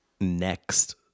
next